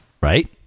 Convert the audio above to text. Right